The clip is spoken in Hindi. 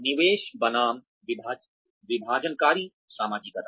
निवेश बनाम विभाजनकारी समाजीकरण